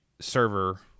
server